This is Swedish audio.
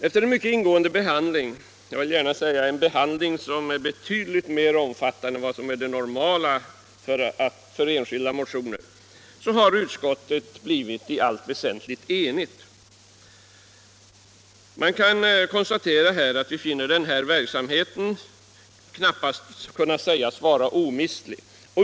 Efter en mycket ingående behandling — jag vill säga en behandling som här varit betydligt mer omfattande än vad som vanligtvis ägnas enskilda motioner — har utskottet i allt väsentligt blivit enigt. Vi har funnit att den verksamhet det här är fråga om knappast kan säga vara omistlig.